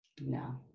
no